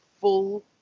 full